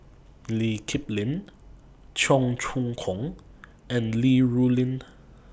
Lee Kip Lin Cheong Choong Kong and Li Rulin